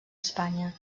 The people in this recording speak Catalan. espanya